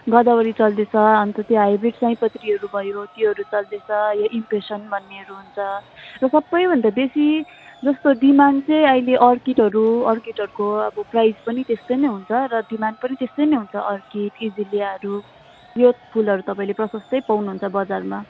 गोदावरी चल्दैछ अन्त त्यो हाइब्रिड सयपत्रिहरू भयो त्योहरू चल्दैछ यो इम्प्रेसन भन्नेहरू हुन्छ र सबै भन्दा बेसी जस्तो डिमान्ड चाहिँ अहिले अर्किडहरु अर्किडहरूको अब प्राइस पनि त्यस्तै नै हुन्छ र डिमान्ड पनि त्यस्तै नै हुन्छ अर्किड एजिलियाहरू यो फुलहरू तपाईँले प्रशस्तै पाउनु हुन्छ बजारमा